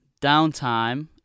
Downtime